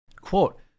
quote